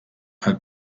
hat